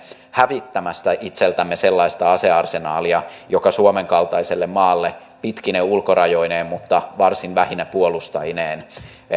hävittämästä itseltämme sellaista asearsenaalia joka suomen kaltaiselle maalle pitkine ulkorajoineen mutta varsin vähine puolustajineen